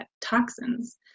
toxins